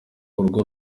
urugo